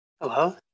Hello